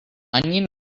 onion